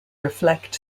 reflect